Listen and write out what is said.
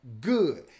good